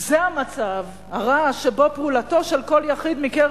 זה המצב הרע שבו "פעולתו של כל יחיד מקרב